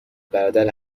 برادر